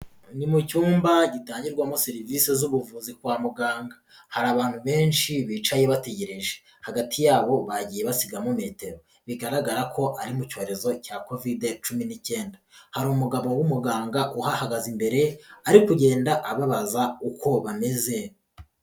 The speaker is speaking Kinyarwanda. Ni mu cyumba gitangirwamo serivise z'ubuvuzi kwa muganga, hari abantu benshi bicaye bategereje, hagati yabo bagiye basigamo metero bigaragara ko ari mu cyorezo cya Kovide cumi n'icyenda, hari umugabo w'umuganga uhahagaze imbere ari kugenda ababaza uko bameze.